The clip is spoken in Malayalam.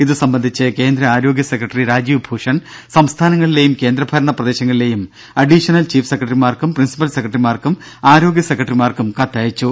ഇതുസംബന്ധിച്ച് കേന്ദ്ര ആരോഗ്യ സെക്രട്ടറി രാജേഷ് ഭൂഷൺ സംസ്ഥാനങ്ങളിലെയും കേന്ദ്ര ഭരണ പ്രദേശങ്ങളിലെയും അഡീഷണൽ ചീഫ് സെക്രട്ടറിമാർക്കും പ്രിൻസിപ്പൽ സെക്രട്ടറിമാർക്കും ആരോഗ്യ സെക്രട്ടറിമാർക്കും കത്തയച്ചു